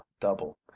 double